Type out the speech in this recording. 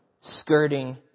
skirting